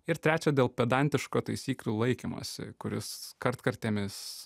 ir trečia dėl pedantiško taisyklių laikymosi kuris kartkartėmis